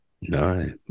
no